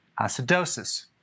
acidosis